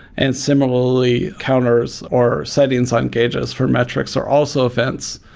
and similarly, counters or settings on gauges for metrics are also events,